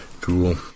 Cool